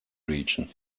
region